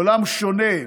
עולם שונה.